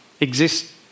exist